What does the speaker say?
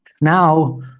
Now